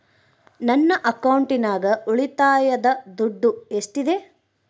ನನ್ನ ಅಕೌಂಟಿನಾಗ ಉಳಿತಾಯದ ದುಡ್ಡು ಎಷ್ಟಿದೆ?